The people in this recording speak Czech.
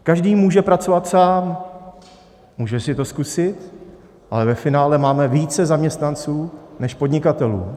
Každý může pracovat sám, může si to zkusit, ale ve finále máme více zaměstnanců než podnikatelů.